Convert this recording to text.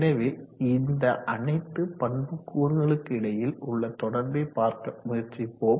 எனவே இந்த அனைத்து பண்புக்கூறுகளுக்கிடையில் உள்ள தொடர்பை பார்க்க முயற்சிப்போம்